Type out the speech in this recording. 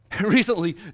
Recently